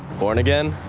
born again?